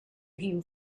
him